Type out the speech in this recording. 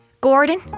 Gordon